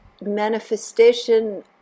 manifestation